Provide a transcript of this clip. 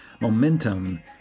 momentum